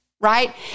right